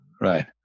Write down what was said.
Right